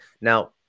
Now